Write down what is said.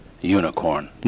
unicorn